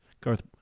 Garth